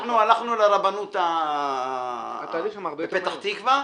אנחנו הלכנו לרבנות בפתח תקווה.